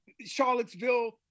Charlottesville